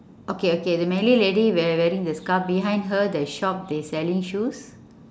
okay okay the malay lady we~ wearing the scarf behind her the shop they selling shoes